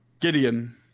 Gideon